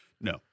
No